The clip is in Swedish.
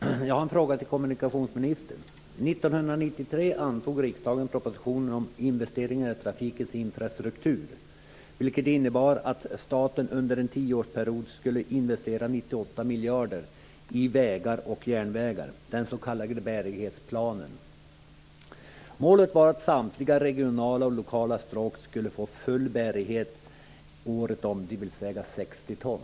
Herr talman! Jag har en fråga till kommunikationsministern. År 1993 antog riksdagen propositionen om investeringar i trafikens infrastruktur vilket innebar att staten under en tioårsperiod skulle investera 98 miljarder i vägar och järnvägar, den s.k. bärighetsplanen. Målet var att samtliga regionala och lokala stråk skulle få full bärighet året om, dvs. 60 ton.